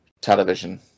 television